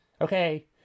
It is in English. okay